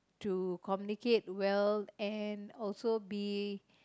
to communicate well and also be